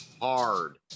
hard